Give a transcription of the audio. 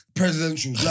presidential